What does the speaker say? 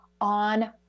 on